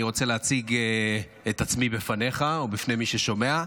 אני רוצה להציג את עצמי בפניך ובפני מי ששומע: